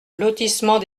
lotissement